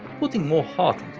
putting more heart